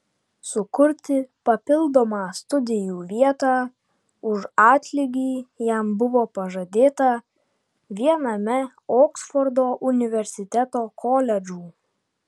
sukurti papildomą studijų vietą už atlygį jam buvo pažadėta viename oksfordo universiteto koledžų